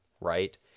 right